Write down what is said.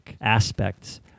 aspects